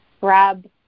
grab